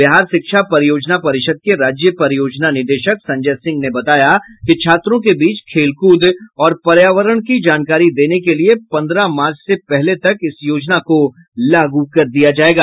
बिहार शिक्षा परियोजना परिषद के राज्य परियोजना निदेशक संजय सिंह ने बताया कि छात्रों के बीच खेलकूद और पर्यावरण की जानकारी देने के लिये पंद्रह मार्च के पहले तक इस योजना को लागू कर दिया जायेगा